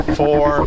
four